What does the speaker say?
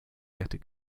but